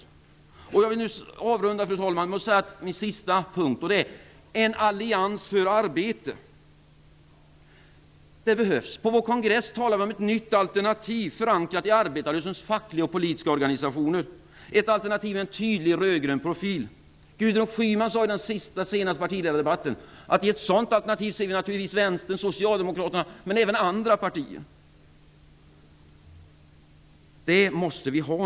Fru talman! Jag vill avrunda med att tala om min sista punkt: En allians för arbete. Det behövs. På vår kongress talade vi om ett nytt alternativ förankrat i arbetarrörelsens fackliga och politiska organisationer, ett alternativ med en tydlig röd-grön profil. Gudrun Schyman sade i den senaste partiledardebatten att vi i ett sådant alternativ naturligtvis ser Vänstern och Socialdemokraterna men även andra partier. Det måste vi nu ha.